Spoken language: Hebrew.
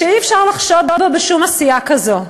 שאי-אפשר לחשוד בו בשום עשייה כזו.